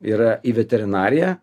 yra į veterinariją